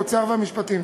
האוצר והמשפטים.